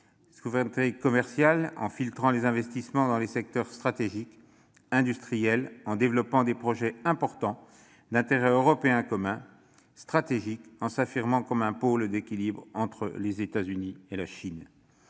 nouvelle : commerciale, en filtrant les investissements dans les secteurs stratégiques ; industrielle, en développant des projets importants d'intérêt européen commun ; stratégique, en s'affirmant comme un pôle d'équilibre entre les États-Unis et la Chine.